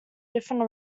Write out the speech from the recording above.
different